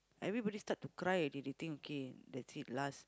everybody start to cry already they think okay that's it last